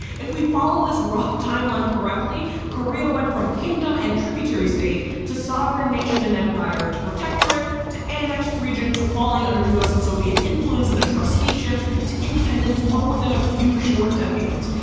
if we follow this rough timeline correctly korea went from kingdom and tributary state, to sovereign nation and empire, to protectorate, to annexed region, to falling under us and soviet influence in a trusteeship, to independence all within a few short decades.